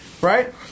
Right